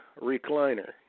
Recliner